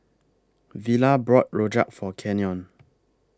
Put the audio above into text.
Villa bought Rojak For Kenyon